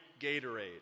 Gatorade